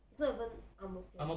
it's not even ang mo kio